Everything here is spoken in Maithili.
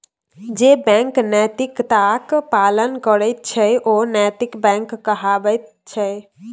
जे बैंक नैतिकताक पालन करैत छै ओ नैतिक बैंक कहाबैत छै